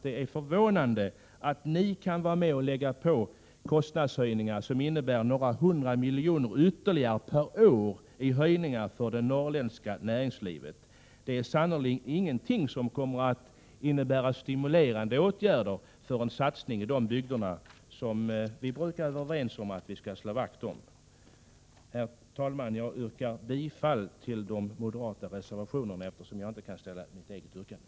Det är förvånande att ni kan vara med om att plussa på kostnadshöjningar om ytterligare några hundra miljoner per år för det norrländska näringslivet. Det är sannerligen inte fråga om några stimulanser, innebärande en satsning på de bygdeg som vi brukar vara överens om att vi skall slå vakt om. Herr talman! Jag yrkar bifall till de moderata reservationerna, eftersom jag inte kan framställa något eget yrkande.